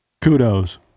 Kudos